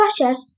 Russia